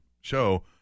show